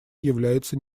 является